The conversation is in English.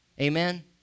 Amen